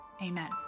Amen